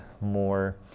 more